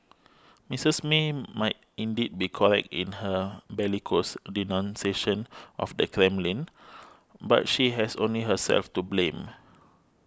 Misses May might indeed be correct in her bellicose denunciation of the Kremlin but she has only herself to blame